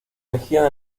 energía